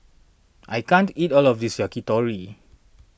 I can't eat all of this Yakitori